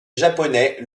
japonais